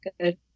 good